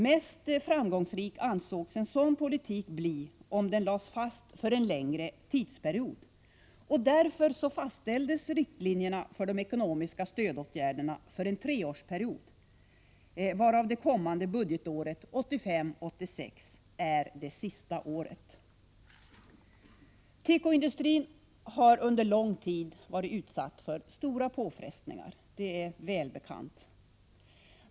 Mest framgångsrik ansågs en sådan politik bli om den lades fast för en längre tidsperiod, och därför fastställdes riktlinjerna för de ekonomiska stödåtgärderna för en treårsperiod, varav det kommande budgetåret 1985/86 är det sista året. Tekoindustrin har under lång tid varit utsatt för stora påfrestningar. Det är välbekant.